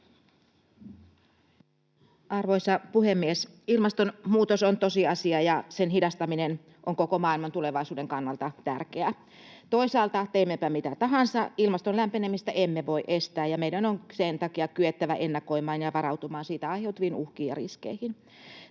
Arvoisa puhemies! Ilmastonmuutos on tosiasia, ja sen hidastaminen on koko maailman tulevaisuuden kannalta tärkeää. Toisaalta teimmepä mitä tahansa, ilmaston lämpenemistä emme voi estää, ja meidän on sen takia kyettävä ennakoimaan ja varautumaan siitä aiheutuviin uhkiin ja riskeihin.